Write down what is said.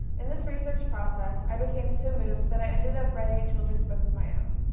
in this research process, i became so moved that i ended up writing a children's book of my own.